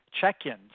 check-ins